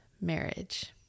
marriage